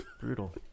Brutal